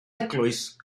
eglwys